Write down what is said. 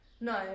No